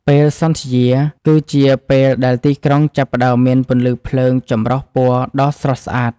ពេលសន្ធ្យាគឺជាពេលដែលទីក្រុងចាប់ផ្តើមមានពន្លឺភ្លើងចម្រុះពណ៌ដ៏ស្រស់ស្អាត។